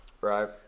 Right